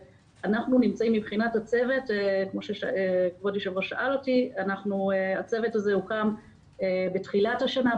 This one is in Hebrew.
הצוות הזה הוקם בתחילת השנה,